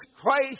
Christ